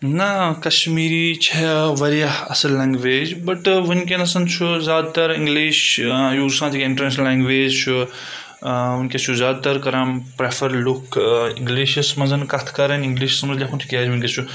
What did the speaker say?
نہ کشمیٖری چھےٚ واریاہ اَصٕل لینٛگویج بَٹ وٕنکیٚنَسَن چھُ زیادٕ تَر اِنٛگلِش یوٗز لینٛگویج چھُ وٕنکؠس چھُ زیادٕ تر کَران پریفر لُکھ اِنٛگلِشَس منٛز کَتھ کَرٕنۍ اِنگلِشَس منٛز لَیکھُن تِکیازِ وٕنکؠس چھُ